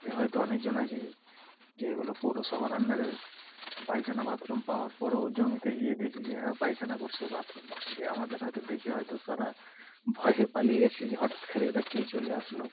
এ হয়তো অনেকজন আছে যে এগুলো পৌরসভার আন্ডারে পায়খানা বাথরুম পাওয়ার পরেও জমিতে গিয়ে দেখি যে হ্যাঁ পায়খানা করছে বাথরুম করছে আমাদের হয়তো দেখে হয়তো সারা ভয়ে পালিয়ে আসি যে হঠাৎ করে এরা কে চলে আসলো